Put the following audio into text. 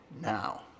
now